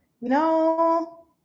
No